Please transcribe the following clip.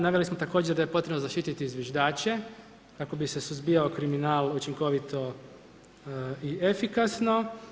Naveli smo također da je potrebno zaštititi zviždače kako bi se suzbijao kriminal učinkovito i efikasno.